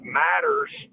matters